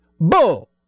Bull